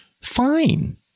Fine